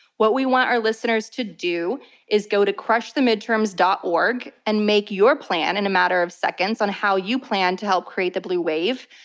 what we want our listeners to do is go to crushthemidterms. org and make your plan in a matter of seconds on how you plan to help create the blue wave.